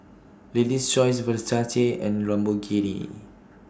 Lady's Choice Versace and Lamborghini